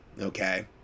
Okay